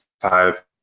five